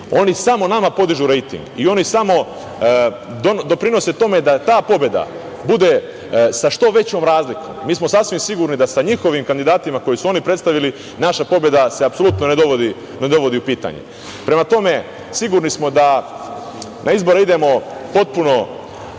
oni samo nama podižu rejting i oni samo doprinose tome da ta pobeda bude sa što većom razlikom. Mi smo sasvim sigurni da sa njihovim kandidatima koje su oni predstavili naša pobeda se apsolutno ne dovodi u pitanje. Prema tome, sigurni smo da na izbore idemo potpuno